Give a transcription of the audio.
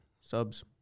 subs